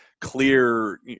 clear